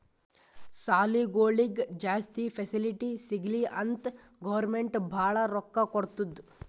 ಸಾಲಿಗೊಳಿಗ್ ಜಾಸ್ತಿ ಫೆಸಿಲಿಟಿ ಸಿಗ್ಲಿ ಅಂತ್ ಗೌರ್ಮೆಂಟ್ ಭಾಳ ರೊಕ್ಕಾ ಕೊಡ್ತುದ್